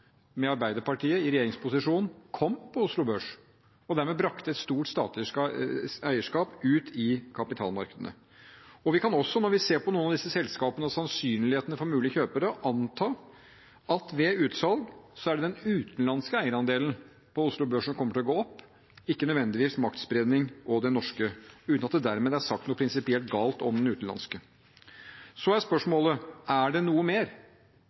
med Arbeiderpartiet i regjeringsposisjon, kom på Oslo Børs, og dermed brakte et stort statlig eierskap ut i kapitalmarkedene. Vi kan også, når vi ser på noen av disse selskapene, og på sannsynligheten for mulige kjøpere, anta at ved utsalg er det den utenlandske eierandelen på Oslo Børs som kommer til å gå opp, ikke nødvendigvis maktspredning og den norske – uten at det dermed er sagt noe prinsipielt galt om den utenlandske. Så er spørsmålet: Er det noe mer?